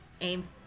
aim